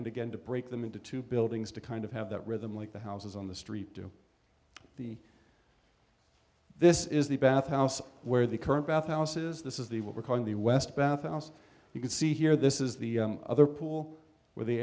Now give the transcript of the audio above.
and again to break them into two buildings to kind of have that rhythm like the houses on the street do the this is the bath house where the current bath houses this is the what we're calling the west bath house you can see here this is the other pool with the